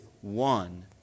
one